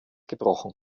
gebrochen